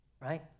right